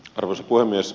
arvoisa puhemies